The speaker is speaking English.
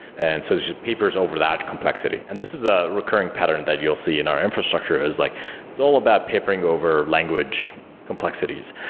and so there're papers over that complexity, and this is a reoccurring pattern that you'll see in our infrastructure, is like it's all about papering over language complexities.